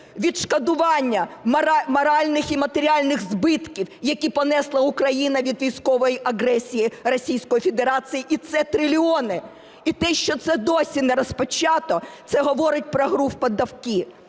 відшкодування моральних і матеріальних збитків, які понесла Україна від військової агресії Російської Федерації, і це трильйони. І те, що це досі не розпочато – це говорить про гру в піддавки.